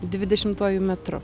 dvidešimtuoju metrų